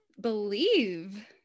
believe